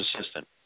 assistant